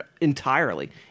entirely